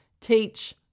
Teach